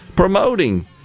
Promoting